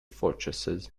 fortresses